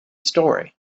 story